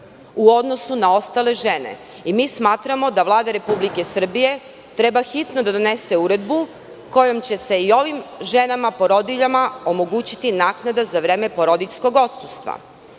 u odnosu na ostale žene? Mi smatramo da Vlada Republike Srbije treba hitno da donese uredbu kojom će se i ovim ženama, porodiljama omogućiti naknada za vreme porodiljskog odsustva. Drugo